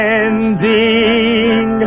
ending